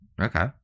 Okay